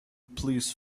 please